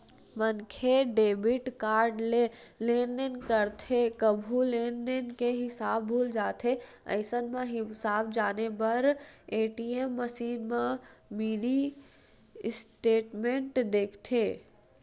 मनखे debit card ले लेनदेन करथे कभू लेनदेन के हिसाब भूला जाथे अइसन म हिसाब जाने बर ए.टी.एम मसीन म मिनी स्टेटमेंट देखथे